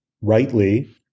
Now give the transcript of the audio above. rightly